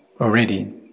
already